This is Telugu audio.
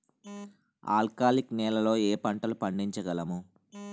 ఆల్కాలిక్ నెలలో ఏ పంటలు పండించగలము?